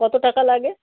কত টাকা লাগে